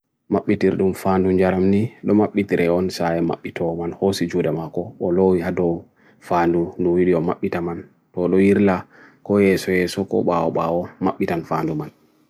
Makbitir dun faan dun jaram ni, lumakbitir eon saye Makbitor man hosi juda mako, oloi hado faan dun nuwirio Makbitaman, oloirla koeswe suko bao bao Makbitan faan dun man.